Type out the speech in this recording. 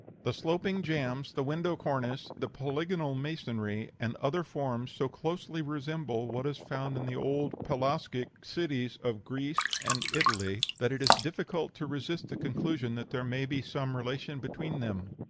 the sloping jambs, the window cornice, the polygonal masonry, and other forms so closely resemble what is found in the old pelasgic cities of greece and italy, that it is difficult to resist the conclusion that there may be some relation between them.